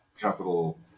capital